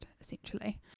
essentially